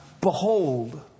Behold